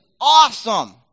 awesome